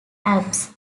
alps